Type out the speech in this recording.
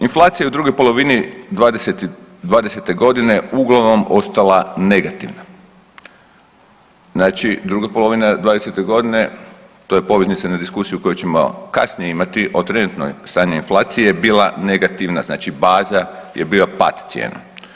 Inflacija je u drugoj polovini '20.g. uglavnom ostala negativna, znači druga polovina '20.g., to je poveznica na diskusiju koju ćemo kasnije imati o trenutnoj stanju inflacije je bila negativna, znači baza je bio pad cijena.